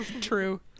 true